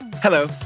Hello